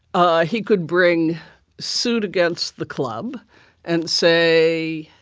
ah he could bring suit against the club and say,